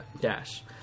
dash